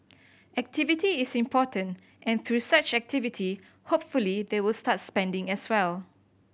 activity is important and through such activity hopefully they will start spending as well